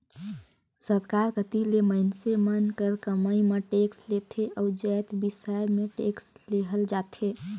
सरकार कती ले मइनसे मन कर कमई म टेक्स लेथे अउ जाएत बिसाए में टेक्स लेहल जाथे